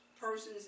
persons